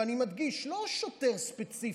ואני מדגיש: לא שוטר ספציפי.